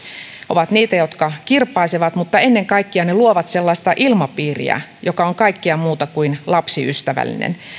ovat niitä jotka kirpaisevat mutta ennen kaikkea ne luovat sellaista ilmapiiriä joka on kaikkea muuta kuin lapsiystävällinen